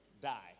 die